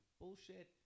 bullshit